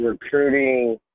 recruiting